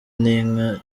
n’inka